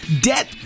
debt